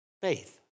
faith